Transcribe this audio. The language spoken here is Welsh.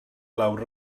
lawr